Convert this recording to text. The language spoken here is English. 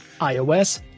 iOS